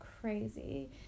crazy